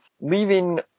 leaving